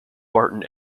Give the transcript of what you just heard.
barton